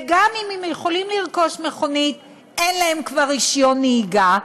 וגם אם הם יכולים לרכוש מכונית אין להם כבר רישיון נהיגה,